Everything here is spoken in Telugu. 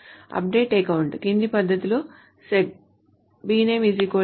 Update account కింది పద్ధతిలో set bname new